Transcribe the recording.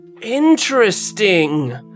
Interesting